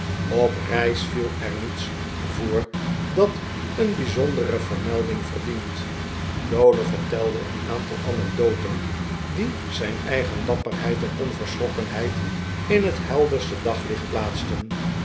op reis viel er niets voor dat een bijzondere vermelding verdient dowler vertelde een aantal anecdoten die zijn eigen dapperheid en onverschrokkenheid in het helderste daglicht plaatsten